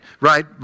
right